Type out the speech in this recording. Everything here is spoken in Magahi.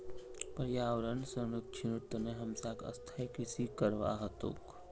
पर्यावन संरक्षनेर तने हमसाक स्थायी कृषि करवा ह तोक